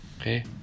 okay